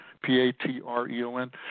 P-A-T-R-E-O-N